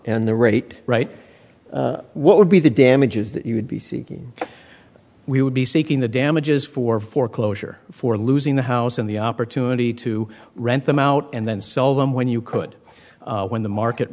and the rate right what would be the damages that you would be seeking we would be seeking the damages for foreclosure for losing the house and the opportunity to rent them out and then sell them when you could when the market